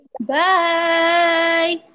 Bye